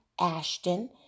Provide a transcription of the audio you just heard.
Ashton